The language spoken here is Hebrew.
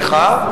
סליחה?